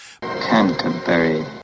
Canterbury